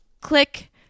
Click